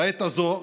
בעת הזאת,